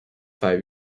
five